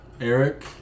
Eric